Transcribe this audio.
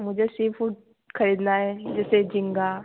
मुझे seafood खरीदना है जैसे झींगा